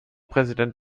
präsident